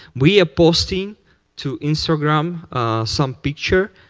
we are posting to instagram some picture,